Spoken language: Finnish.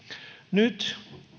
nyt